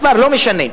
מספר, לא משנה.